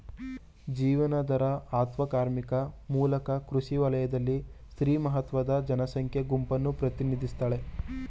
ಜೀವನಾಧಾರ ಅತ್ವ ಕಾರ್ಮಿಕರ ಮೂಲಕ ಕೃಷಿ ವಲಯದಲ್ಲಿ ಸ್ತ್ರೀ ಮಹತ್ವದ ಜನಸಂಖ್ಯಾ ಗುಂಪನ್ನು ಪ್ರತಿನಿಧಿಸ್ತಾಳೆ